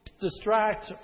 distract